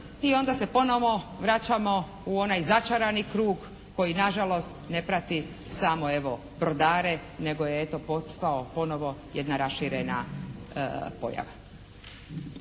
i onda se ponovno vraćamo u onaj začarani krug koji nažalost ne prati samo evo, brodare nego je eto, postao ponovo jedna raširena pojava.